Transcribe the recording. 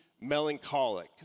melancholic